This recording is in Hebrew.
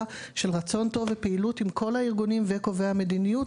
של רצון טוב ופעילות עם כל הארגונים וקובעי המדיניות.